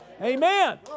amen